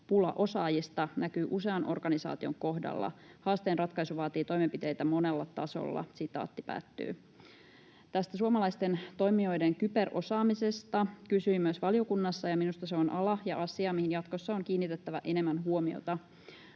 pula osaajista näkyy usean organisaation kohdalla. Haasteen ratkaisu vaatii toimenpiteitä monella tasolla.” Tästä suomalaisten toimijoiden kyberosaamisesta kysyin myös valiokunnassa, ja minusta se on ala ja asia, mihin jatkossa on kiinnitettävä enemmän huomiota.